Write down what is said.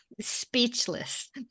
speechless